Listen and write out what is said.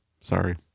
Sorry